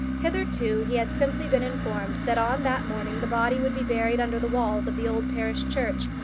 hitherto he had simply been informed that on that morning the body would be buried under the walls of the old parish church,